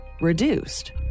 reduced